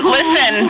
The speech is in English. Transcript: Listen